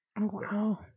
Wow